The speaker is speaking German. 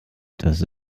das